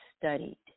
studied